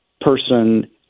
person